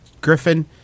Griffin